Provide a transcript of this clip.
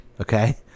okay